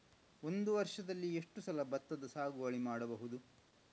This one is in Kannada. ಒಂದು ವರ್ಷದಲ್ಲಿ ಎಷ್ಟು ಸಲ ಭತ್ತದ ಸಾಗುವಳಿ ಮಾಡಬಹುದು?